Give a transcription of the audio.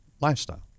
lifestyle